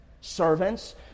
Servants